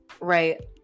right